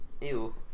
ew